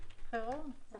כי רואים את זה